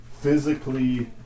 Physically